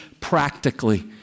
practically